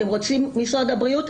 אתם רוצים משרד הבריאות,